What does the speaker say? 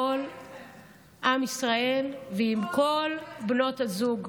כל עם ישראל ועם כל בנות הזוג.